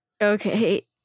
Okay